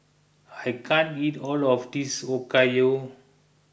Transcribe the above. I can't eat all of this Okayu